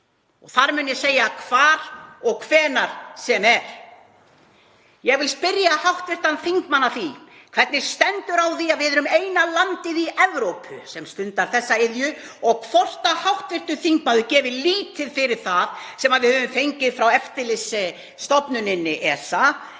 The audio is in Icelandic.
Það mun ég segja hvar og hvenær sem er. Ég vil spyrja hv. þingmann: Hvernig stendur á því að við erum eina landið í Evrópu sem stundar þessa iðju? Gefur hv. þingmaður lítið fyrir það sem við höfum fengið frá eftirlitsstofnuninni, ESA?